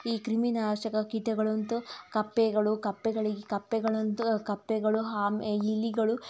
ಈ ಕ್ರಿಮಿನಾಶಕ ಕೀಟಗಳಂತೂ ಕಪ್ಪೆಗಳು ಕಪ್ಪೆಗಳು ಇ ಕಪ್ಪೆಗಳಂತೂ ಕಪ್ಪೆಗಳು ಹಾ ಇಲಿಗಳು